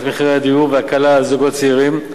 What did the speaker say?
מחירי הדיור והקלה על זוגות צעירים.